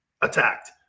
attacked